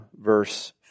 verse